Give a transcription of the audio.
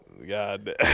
god